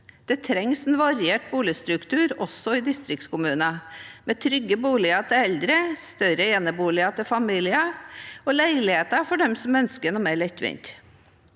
Det trengs en variert boligstruktur også i distriktskommunene, med trygge boliger til eldre, større eneboliger til familier og leiligheter til dem som ønsker noe mer lettvint.